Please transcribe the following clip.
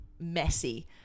messy